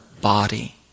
body